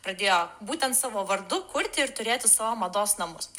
pradėjo būtent savo vardu kurti ir turėtų savo mados namus